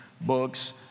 books